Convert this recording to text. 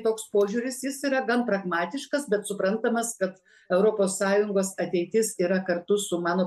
toks požiūris jis yra gan pragmatiškas bet suprantamas kad europos sąjungos ateitis yra kartu su mano